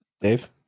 Dave